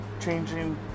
changing